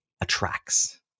attracts